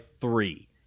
three